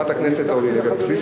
חברת הכנסת אורלי לוי אבקסיס,